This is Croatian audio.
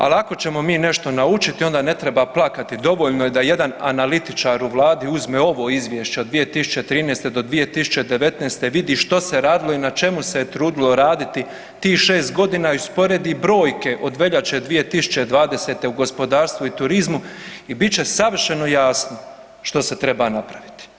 Al ako ćemo mi nešto naučiti onda ne treba plakati, dovoljno je da jedan analitičar u vladi uzme ovo izvješće od 2013. do 2019. i vidi što se radilo i na čemu se je trudilo raditi tih 6.g. i usporedi brojke od veljače 2020. u gospodarstvu i turizmu i bit će savršeno jasno što se treba napraviti.